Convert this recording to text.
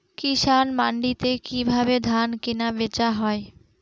কৃষান মান্ডিতে কি ভাবে ধান কেনাবেচা হয়?